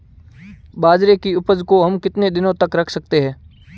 बाजरे की उपज को हम कितने दिनों तक रख सकते हैं?